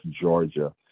Georgia